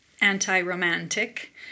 anti-romantic